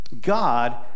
God